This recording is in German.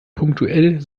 punktuell